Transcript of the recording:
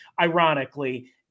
ironically